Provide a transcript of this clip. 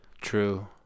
true